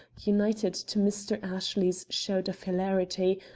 united to mr. ashley's shout of hilarity,